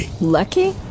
Lucky